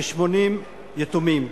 כ-80 יתומים.